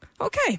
okay